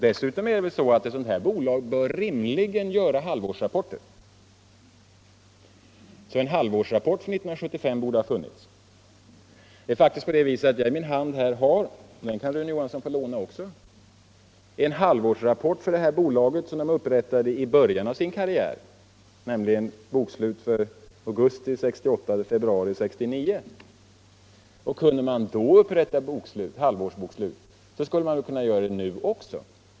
Dessutom bör ett sådant här bolag rimligen göra upp halvårsrapporter, så en halvårsrapport för 1975 borde ha funnits. Jag har faktiskt här i min hand ett halvårsbokslut för bolaget som upprättades i början av karriären — Rune Johansson kan få låna det också —- nämligen bokslut för tiden augusti 1968-februari 1969. Kunde man då upprätta halvårsbokslut, borde man kunna göra det nu också.